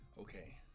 Okay